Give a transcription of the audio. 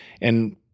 And-